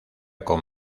con